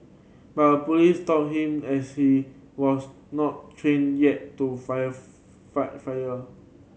but a police stopped him as he was not trained yet to fight fire fire